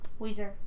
Weezer